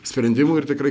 sprendimų ir tikrai